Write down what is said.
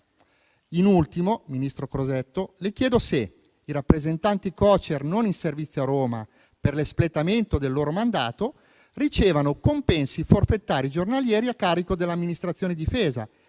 In ultimo, signor ministro Crosetto, le chiedo se rappresentanti Cocer non in servizio a Roma per l'espletamento del loro mandato ricevano compensi forfettari giornalieri a carico dell'amministrazione della